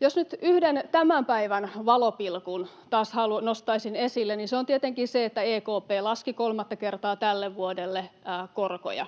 Jos nyt yhden tämän päivän valopilkun taas nostaisin esille, niin se on tietenkin se, että EKP laski kolmatta kertaa tälle vuodelle korkoja.